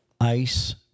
ice